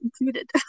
included